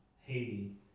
Haiti